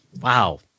wow